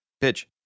Pitch